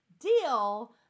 deal